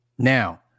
Now